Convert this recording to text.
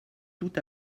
tout